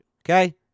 okay